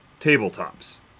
tabletops